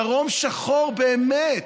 דרום שחור באמת.